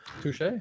Touche